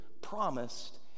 promised